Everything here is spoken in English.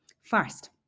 First